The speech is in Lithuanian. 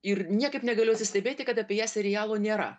ir niekaip negaliu atsistebėti kad apie ją serialo nėra